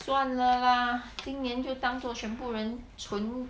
算了 lah 今年就当做全部人存